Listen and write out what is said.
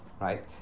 right